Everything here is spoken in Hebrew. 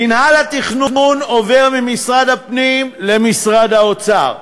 מינהל התכנון עובר ממשרד הפנים למשרד האוצר,